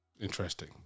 interesting